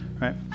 right